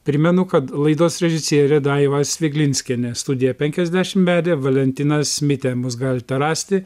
primenu kad laidos režisierė daiva sviglinskienė studiją penkiasdešim vedė valentinas mitė mus galite rasti